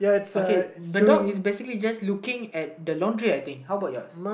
okay the dog is basically just looking at the laundry I think how about yours